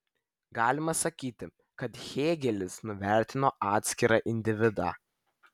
galima sakyti kad hėgelis nuvertino atskirą individą